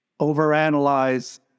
overanalyze